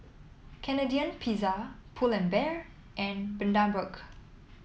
Canadian Pizza Pull and Bear and Bundaberg